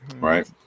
right